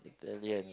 Italian